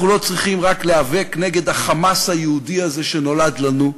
אנחנו לא צריכים רק להיאבק נגד ה"חמאס" היהודי הזה שנולד לנו,